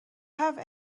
have